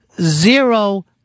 zero